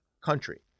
country